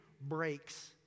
breaks